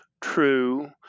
true